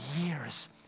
years